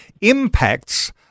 impacts